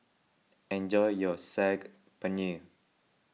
enjoy your Saag Paneer